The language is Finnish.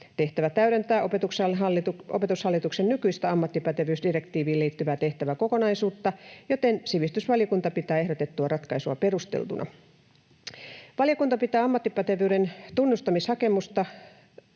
Tehtävä täydentää Opetushallituksen nykyistä ammattipätevyysdirektiiviin liittyvää tehtäväkokonaisuutta, joten sivistysvaliokunta pitää ehdotettua ratkaisua perusteltuna. Valiokunta pitää ammattipätevyyden tunnustamishakemusten